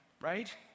right